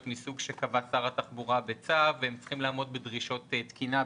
מסוג שקבע שר התחבורה בצו והם צריכים לעמוד בדרישות תקינה,